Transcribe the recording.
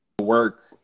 work